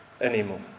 anymore